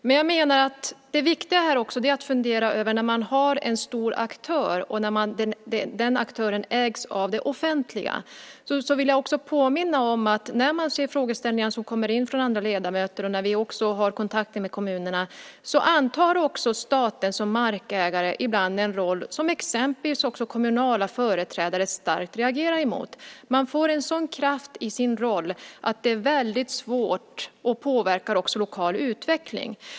Men jag vill påminna om det viktiga, när man har en stor aktör och den aktören ägs av det offentliga, att också fundera över detta: När man ser frågeställningar som kommer in från andra ledamöter och när vi har kontakter med kommunerna intar staten som markägare ibland en roll som exempelvis kommunala företrädare starkt reagerar emot. Man får en sådan kraft i sin roll att det blir väldigt svårt, och det påverkar också lokal utveckling.